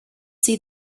see